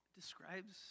describes